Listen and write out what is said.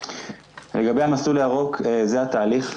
לגבי המסלול הירוק זה התהליך.